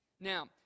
Now